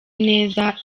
neza